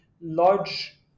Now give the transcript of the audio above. large